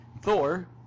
Thor